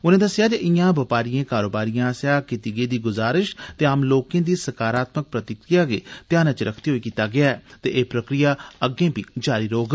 उनें दस्सेया जे इयां बपारियें कारोबारियें आसेया कीती गेदी गुजारश ते आम लोकें दी सकारात्मक प्रतिक्रिया गी ध्यानै च रक्खदे होई कीता गेया ऐ ते एह प्रक्रिया अग्गे बी जारी रोहग